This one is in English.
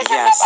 Yes